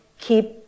keep